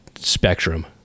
Spectrum